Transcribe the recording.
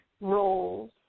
roles